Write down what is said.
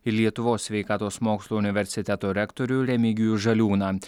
ir lietuvos sveikatos mokslų universiteto rektorių remigijų žaliūną